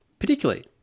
particularly